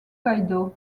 kaidō